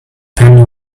penny